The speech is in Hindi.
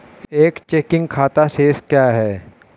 एक चेकिंग खाता शेष क्या है?